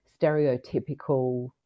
stereotypical